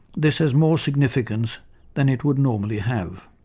this has more significance than it would normally have.